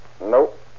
Nope